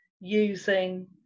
using